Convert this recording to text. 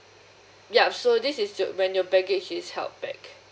ya so this is your when your baggage is held back